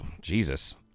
Jesus